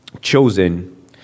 chosen